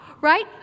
right